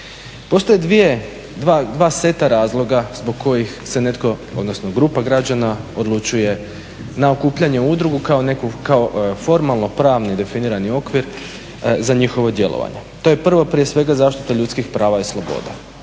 dvije, dva seta razloga zbog kojih se netko, odnosno grupa građana odlučuje na okupljanje u udrugu kao neku, kao formalno pravni definirani okvir za njihovo djelovanje. To je prvo prije svega zaštita ljudskih prava i sloboda.